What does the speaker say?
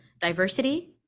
diversity